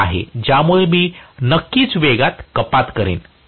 वाढला आहे ज्यामुळे मी नक्कीच वेगात कपात करेन